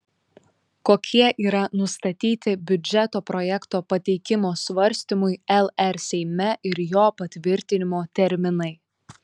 kokie yra nustatyti biudžeto projekto pateikimo svarstymui lr seime ir jo patvirtinimo terminai